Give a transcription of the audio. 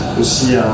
aussi